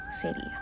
sería